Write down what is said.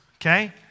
okay